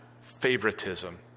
favoritism